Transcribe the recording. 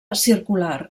circular